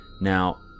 Now